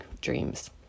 dreams